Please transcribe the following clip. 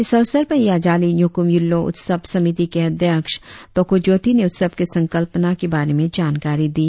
इस अवसर पर याजाली न्योकुम यूल्लो उत्सव समिति के अध्यक्ष टोको ज्योती ने उत्सव के संकल्पना के बारे में जानकारी दी